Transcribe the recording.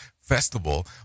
festival